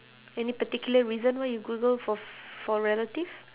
any particular reason why you google for for relative